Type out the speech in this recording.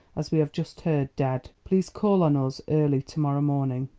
as we have just heard, dead. please call on us early to-morrow morning.